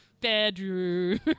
bedroom